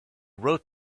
wrote